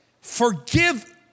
Forgive